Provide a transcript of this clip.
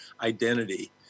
identity